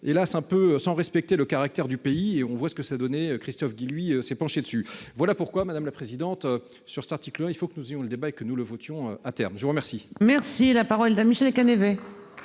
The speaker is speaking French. hélas un peu sans respecter le caractère du pays et on voit ce que ça donnait. Christophe dit lui s'est penchée dessus. Voilà pourquoi, madame la présidente. Sur l'article, il faut que nous ayons le débat et que nous le votions. À terme, je vous remercie. Merci la parole d'amitié avec